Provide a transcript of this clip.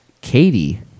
Katie